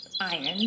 iron